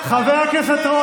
חבר הכנסת רול,